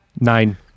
Nine